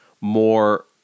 more